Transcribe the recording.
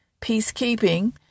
peacekeeping